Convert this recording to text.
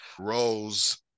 rose